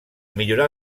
millorar